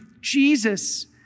Jesus